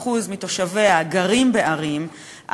מ-90% מתושביה גרים בערים,